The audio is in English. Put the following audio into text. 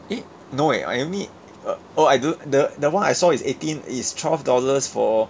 eh no eh I only uh oh I do the the one I saw is eighteen is twelve dollars for